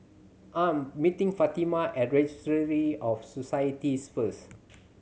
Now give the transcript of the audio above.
I'm meeting Fatima at Registry of Societies first